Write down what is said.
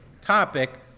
topic